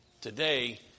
today